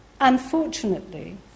unfortunately